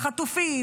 החטופים,